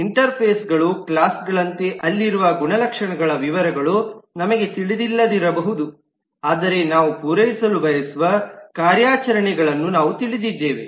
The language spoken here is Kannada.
ಇಂಟರ್ಫೇಸ್ಗಳು ಕ್ಲಾಸ್ಗಳಂತೆ ಅಲ್ಲಿರುವ ಗುಣಲಕ್ಷಣಗಳ ವಿವರಗಳು ನಮಗೆ ತಿಳಿದಿಲ್ಲದಿರಬಹುದು ಆದರೆ ನಾವು ಪೂರೈಸಲು ಬಯಸುವ ಕಾರ್ಯಾಚರಣೆಗಳನ್ನು ನಾವು ತಿಳಿದಿದ್ದೇವೆ